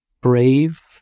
brave